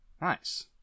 Nice